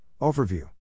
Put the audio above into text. overview